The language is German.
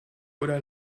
oder